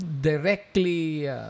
directly